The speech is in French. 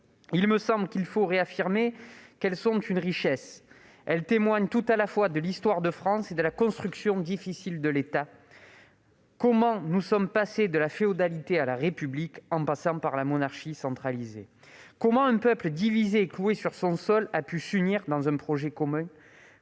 Il me semble qu'il faut réaffirmer qu'elles sont une richesse nationale. Elles témoignent tout à la fois de l'histoire de France et de la construction difficile de l'État : comment nous sommes passés de la féodalité à la République en passant par la monarchie centralisée ; comment un peuple divisé et cloué sur son sol a pu s'unir dans un projet commun ;